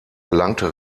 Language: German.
gelangte